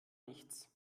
nichts